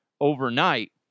overnight